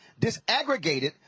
disaggregated